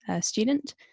student